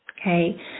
okay